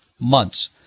months